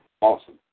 awesome